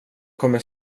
kommer